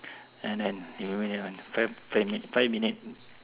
and then lima minit only five five minute five minute